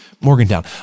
Morgantown